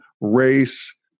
race